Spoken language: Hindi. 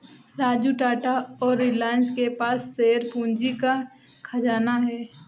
राजू टाटा और रिलायंस के पास शेयर पूंजी का खजाना है